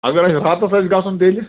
اگر اَسہِ راتَس آسہِ گژھُن تیٚلہِ